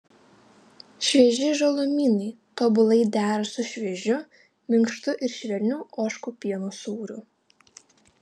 švieži žalumynai tobulai dera su šviežiu minkštu ir švelniu ožkų pieno sūriu